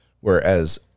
Whereas